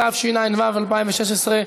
התשע"ו 2016,